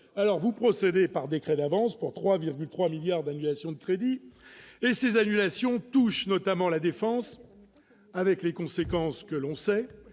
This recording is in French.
alors vous procéder par décret d'avance pour 3,3 milliards d'annulations de crédits et ses annulations touchent notamment la défense avec les conséquences que l'on sait,